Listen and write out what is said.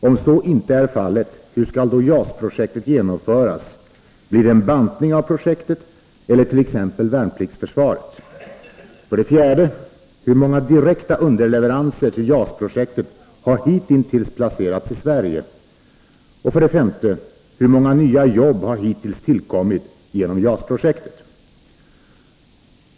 Om så inte är fallet, hur skall då JAS-projektet genomföras; blir det en bantning av projektet eller t.ex. värnpliktsförsvaret? 4. Hur många direkta underleveranser till JAS-projektet har hittills placerats i Sverige? 5. Hur många nya jobb har hittills tillkommit genom JAS-projektet?